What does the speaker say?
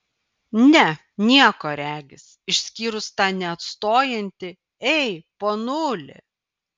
ne nieko regis išskyrus tą neatstojantį ei ponuli